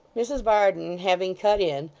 mrs varden having cut in,